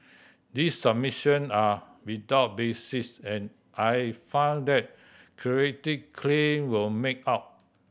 these submission are without basis and I find that Creative claim were made out